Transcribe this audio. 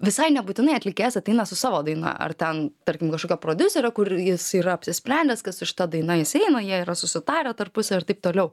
visai nebūtinai atlikėjas ateina su savo daina ar ten tarkim kažkokio prodiuserio kur jis yra apsisprendęs kad su šita daina jis eina jie yra susitarę tarpusavy ir taip toliau